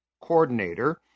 coordinator